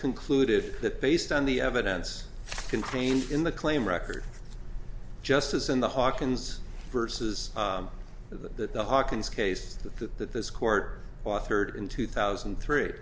concluded that based on the evidence contained in the claim record just as in the hawkins vs the hawkins case that the that this court authored in two thousand and three